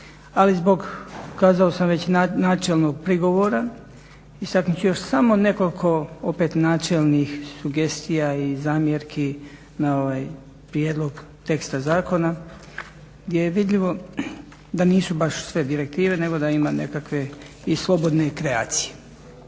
ali zbog kazao sam već načelnog prigovora istaknut ću još samo nekolko opet načelnih sugestija i zamjerki na ovaj prijedlog teksta zakona gdje je vidljivo da nisu baš sve direktive nego da ima nekakve i slobodne kreacije.